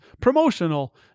Promotional